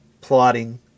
plotting